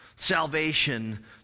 Salvation